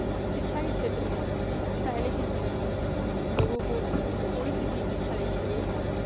शिक्षा के क्षेत्र में पहले के समय में लोगों को थोड़ी सी भी शिक्षा लेने के लिए